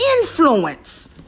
influence